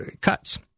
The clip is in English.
cuts